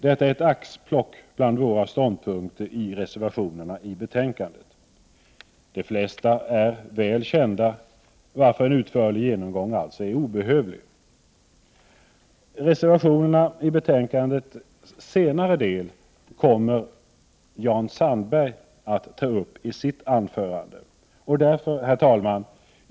Detta var ett axplock bland våra ståndpunkter i reservationerna i betänkandet. De flesta är väl kända, varför en utförlig genomgång är överflödig. Reservationerna i senare delen av betänkandet kommer Jan Sandberg att ta upp i sitt anförande. Herr talman!